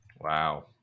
Wow